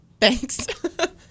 Thanks